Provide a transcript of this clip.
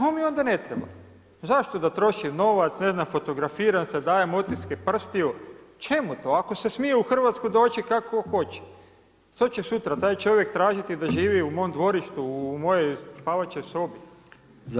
To mi onda ne treba, zašto da trošim novac, ne znam, fotografiram se, dajem otiske prstiju, čemu to, ako se smije u Hrvatsku doći kako tko hoće, što će sutra taj čovjek tražiti da živi u mom dvorištu, u mojoj spavaćoj sobi.